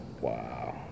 Wow